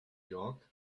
york